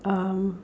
um